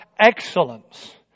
excellence